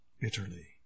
bitterly